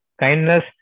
kindness